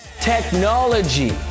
Technology